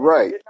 Right